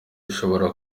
ishobora